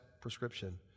prescription